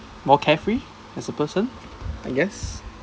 more carefree as a person I guess